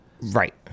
right